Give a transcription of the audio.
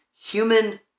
human